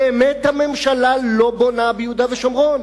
באמת הממשלה לא בונה ביהודה ושומרון.